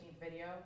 video